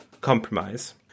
compromise